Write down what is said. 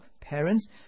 parents